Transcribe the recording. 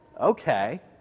okay